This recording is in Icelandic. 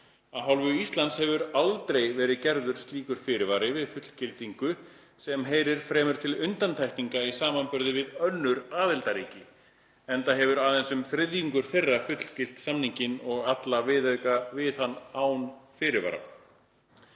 ríkisins hefur aldrei verið gerður slíkur fyrirvari við fullgildingu sem heyrir fremur til undantekninga í samanburði við önnur aðildarríki, enda hefur aðeins um þriðjungur þeirra fullgilt samninginn og alla viðauka við hann án fyrirvara.“